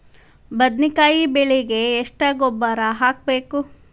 ಬದ್ನಿಕಾಯಿ ಬೆಳಿಗೆ ಎಷ್ಟ ಗೊಬ್ಬರ ಹಾಕ್ಬೇಕು?